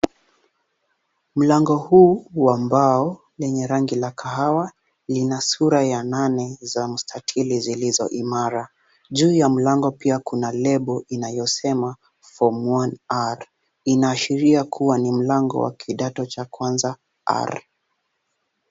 Mlango huu wa mbao lenye rangi la kahawa lina sura ya nane za mstatili zilizo imara. Juu ya mlango pia kuna lebo inayosema form 1 R inaashiria kuwa ni mlango wa kidato cha kwanza R.